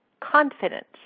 confidence